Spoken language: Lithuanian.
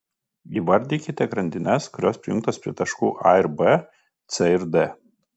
įvardykite grandines kurios prijungtos prie taškų a ir b c ir d